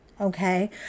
okay